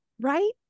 Right